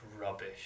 rubbish